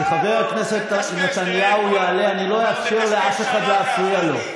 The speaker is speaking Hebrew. כשחבר הכנסת נתניהו יעלה אני לא אאפשר לאף אחד להפריע לו.